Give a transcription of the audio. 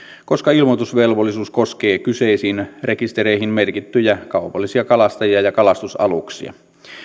koska ilmoitusvelvollisuus koskee kyseisiin rekistereihin merkittyjä kaupallisia kalastajia ja kalastusaluksia